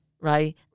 right